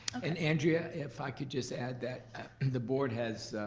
and andrea, if i could just add that the board has